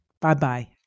Bye-bye